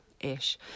ish